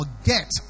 forget